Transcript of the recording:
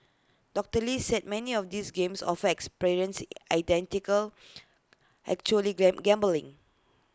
doctor lee said many of these games offer experiences identical actually gram gambling